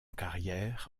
carrière